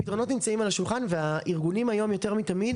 הפתרונות נמצאים על השולחן והארגונים היום יותר מתמיד